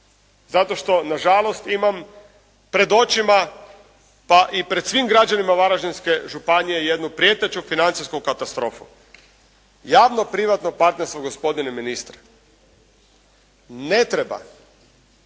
zato što nažalost imam pred očima pa i pred svim građanima Varaždinske županije jednu prijeteću financijsku katastrofu javno privatno partnerstvo gospodine ministre ne treba